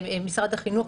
משרד החינוך,